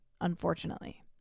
unfortunately